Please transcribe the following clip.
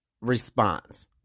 response